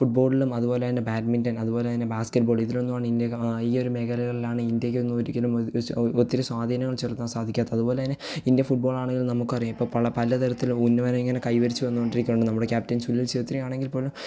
ഫുട്ബോളിലും അതുപോലെ തന്നെ ബാഡ്മിൻറ്റൺ അതു പോലെ തന്നെ ബാസ്കറ്റ് ബോൾ ഇതിലൊന്നുമാണ് ഇന്ത്യ ഈ ഒരു മേഖലകളിലാണ് ഇന്ത്യക്ക് ഒന്നും ഒരിക്കലും ഒരു ഒത്തിരി സ്വാധീനം ചെലുത്താൻ സാധിക്കാത്തത് അതുപോലെ തന്നെ ഇന്ത്യ ഫുട്ബോൾ ആണെങ്കിലും നമുക്കറിയാം ഇപ്പോൾ പള പല തരത്തിൽ ഉന്നമനം ഇങ്ങനെ കൈവരിച്ചു വന്നു കൊണ്ടിരിക്കുന്നു നമ്മുടെ ക്യാപ്റ്റൻ സുനിൽ ചോദ്രി ആണെങ്കിൽ പോലും